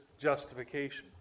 justification